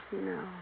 No